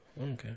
okay